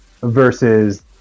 versus